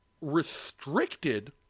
restricted